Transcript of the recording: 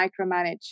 micromanage